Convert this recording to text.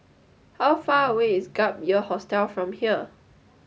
how far away is Gap Year Hostel from here